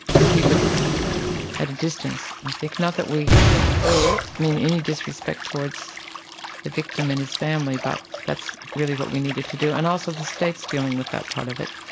and keep it at a distance i think, not that we mean any disrespect towards the victim and his family but that's really what we needed to do. and also the state is dealing with that part of it,